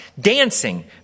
dancing